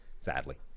sadly